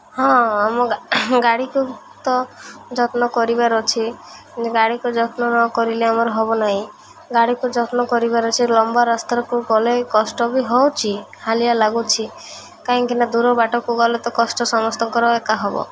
ହଁ ଆମ ଗାଡ଼ିକୁ ତ ଯତ୍ନ କରିବାର ଅଛି ଗାଡ଼ିକୁ ଯତ୍ନ ନକରିଲେ ଆମର ହେବ ନାହିଁ ଗାଡ଼ିକୁ ଯତ୍ନ କରିବାର ଅଛି ଲମ୍ବା ରାସ୍ତାରେ କୁ ଗଲେ କଷ୍ଟ ବି ହେଉଛି ହାଲିଆ ଲାଗୁଛି କାହିଁକିନା ଦୂର ବାଟକୁ ଗଲେ ତ କଷ୍ଟ ସମସ୍ତଙ୍କର ଏକା ହେବ